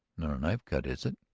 not a knife cut, is it?